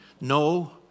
No